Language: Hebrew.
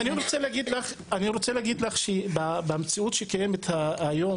אבל אני רוצה להגיד לך שבמציאות שקיימת היום,